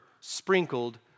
sprinkled